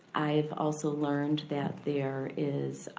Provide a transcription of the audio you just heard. i've also learned that there is,